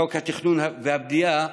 חוק התכנון והבנייה,